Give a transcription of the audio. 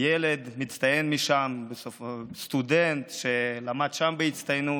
ילד מצטיין משם, סטודנט שלמד שם בהצטיינות,